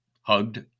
hugged